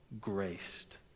graced